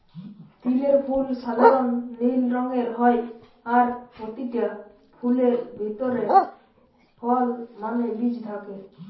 তিলের ফুল সাধারণ নীল রঙের হয় আর পোতিটা ফুলের ভিতরে ফল মানে বীজ থাকে